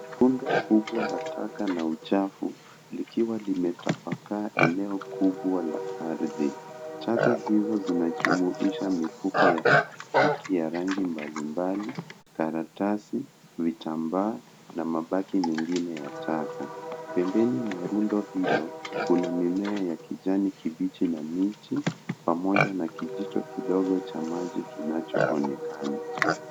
Bonde kubwa la taka na uchafu, likiwa limetapaka eneo kubwa la ardhi. Taka hizo zinajumuisha mifuko ya plastiki ya rangi mbalimbali, karatasi, vitambaa na mabaki mengine ya taka. Pembeni mwa rundo hilo, kuna mimea ya kijani kibichi na miti, pamoja na kijito kidogo cha maji kinachoonekana.